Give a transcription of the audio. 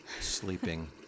sleeping